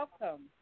welcome